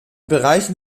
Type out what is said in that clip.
bereichen